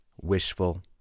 wishful